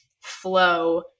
flow